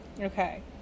Okay